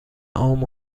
عام